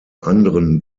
anderen